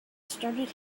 started